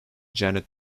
janet